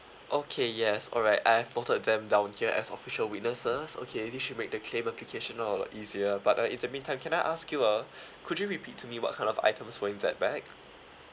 okay yes alright I've noted them down here as official witnesses okay it should make the claim applicational or easier but uh in the meantime can I ask you uh could you repeat to me what kind of items were in that bag